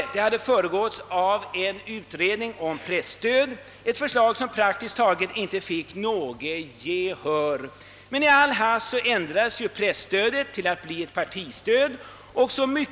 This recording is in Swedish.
Förslaget hade föregåtts av en utredning om presstöd — en utredning som praktiskt taget inte vann något gehör. I all hast ändrades presstödet till att bli partistöd.